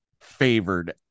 favored